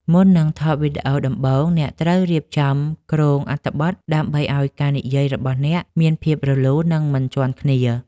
មុននឹងថតវីដេអូដំបូង អ្នកត្រូវរៀបចំគ្រោងអត្ថបទ ដើម្បីឱ្យការនិយាយរបស់អ្នកមានភាពរលូន និងមិនជាន់គ្នា។